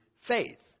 faith